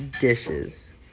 dishes